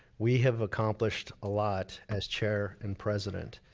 we have accomplished a lot as chair and president.